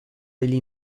degli